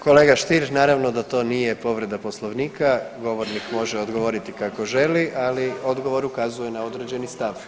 Kolega Stier naravno da to nije povreda Poslovnika, govornik može odgovoriti kako želi, ali odgovor ukazuje na određeni stav.